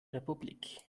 republik